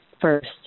first